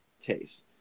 taste